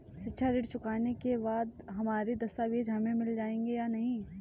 शिक्षा ऋण चुकाने के बाद हमारे दस्तावेज हमें मिल जाएंगे या नहीं?